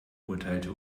urteilte